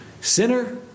sinner